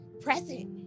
present